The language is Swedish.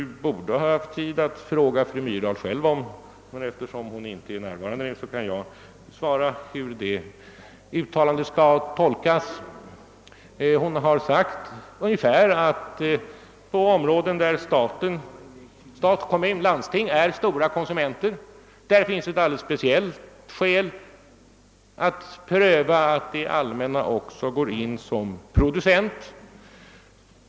Han borde kanske haft tid att fråga fru Myrdal själv härom, men eftersom hon inte är närvarande kan jag å hennes vägnar tala om hur uttalandet skall tolkas. Hon har sagt ungefär så, att på vissa områden där stat, kommun och landsting är stora konsumenter finns det ett speciellt skäl att pröva möjligheten att det allmänna också går in som producent.